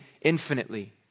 infinitely